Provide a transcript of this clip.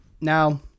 Now